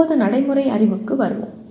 இப்போது நடைமுறை அறிவுக்கு வருவோம்